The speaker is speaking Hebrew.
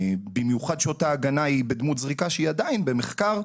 במיוחד כשאותה הגנה היא בדמות זריקה שהיא עדיין במחקר,